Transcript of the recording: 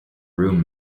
room